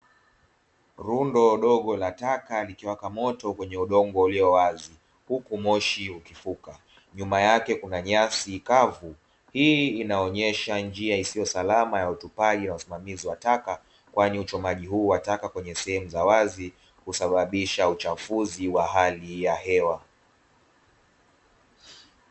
Rundo dogo la taka likiwaka moto kwenye udongo ulio wazi. Huku moshi ukifuka. Nyuma yake kuna nyasi kavu. Hii inaonesha njia isiyo salama ya utupaji na usimamizi wa taka kwani uchomaji huu wa taka kwenye sehemu za wazi husababisha uchafuzi wa hali ya hewa.